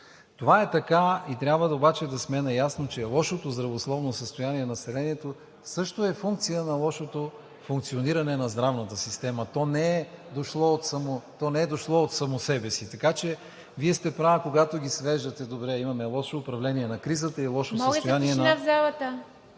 Това е така и трябва обаче да сме наясно, че лошото здравословно състояние на населението също е функция на лошото функциониране на здравната система. То не е дошло от само себе си. Така че Вие сте права, когато ги свеждате – добре, имаме лошо управление на кризата и лошо състояние на